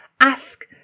Ask